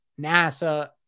NASA